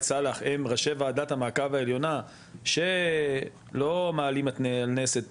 סלאח הם ראשי ועדת המעקב העליונה שלא מעלים על הנס את